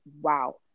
wow